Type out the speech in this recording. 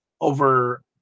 over